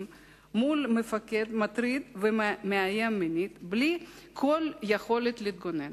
מול מפקד מטריד ומאיים מינית בלי כל יכולת להתגונן.